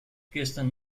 gestern